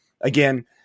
again